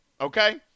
okay